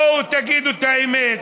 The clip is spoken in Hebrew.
בואו תגידו את האמת.